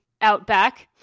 Outback